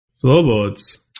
Floorboards